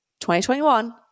2021